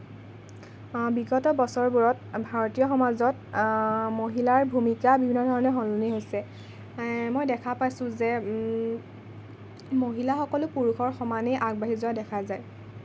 বিগত বছৰবোৰত ভাৰতীয় সমাজত মহিলাৰ ভূমিকা বিভিন্ন ধৰণে সলনি হৈছে মই দেখা পাইছোঁ যে মহিলাসকলে পুৰুষৰ সমানেই আগবাঢ়ি যোৱা দেখা যায়